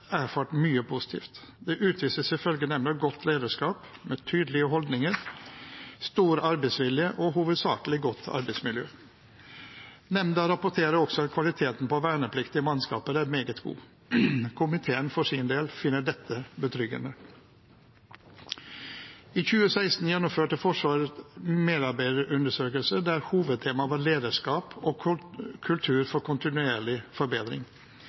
erfart mye positivt. Det utvises, ifølge nemnda, godt lederskap med tydelige holdninger, og det er stor arbeidsvilje og hovedsakelig et godt arbeidsmiljø. Nemnda rapporterer også at kvaliteten på vernepliktige mannskaper er meget god. Komiteen for sin del finner dette betryggende. I 2016 gjennomførte Forsvaret en medarbeiderundersøkelse der hovedtemaet var lederskap og kultur for kontinuerlig forbedring.